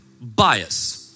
bias